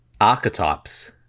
archetypes